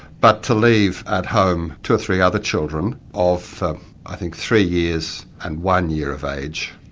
but to leave at home two or three other children of i think three years and one year of age.